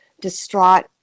distraught